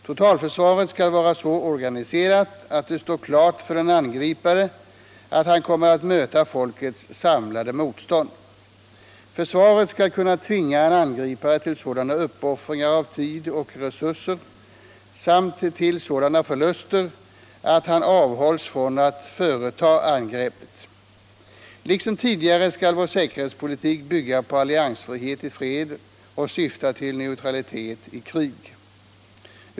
Totalförsvaret skall vara så organiserat att det står klart för en angripare att han kommer att möta folkets samlade motstånd. Försvaret skall kunna tvinga en angripare till sådana uppoffringar av tid och resurser samt till sådana förluster att han avhålls från att företa angreppet.” Liksom tidigare skall vår säkerhetspolitik bygga på alliansfrihet i fred och syfta till neutralitet i krig.